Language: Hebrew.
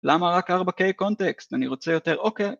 למה רק 4K קונטקסט, אני רוצה יותר אוקיי